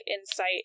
insight